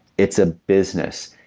it's a business.